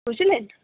বুঝলেন